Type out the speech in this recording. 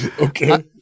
okay